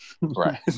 Right